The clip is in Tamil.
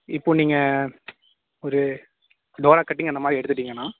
இப்போது நீங்கள் ஒரு டோரா கட்டிங் அந்த மாதிரி எடுத்துகிட்டிங்கன்னா